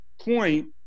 point